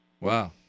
Wow